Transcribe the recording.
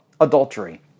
adultery